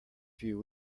few